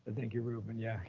thank you, ruben. yeah,